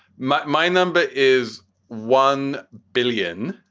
my my number is one billion,